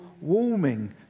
warming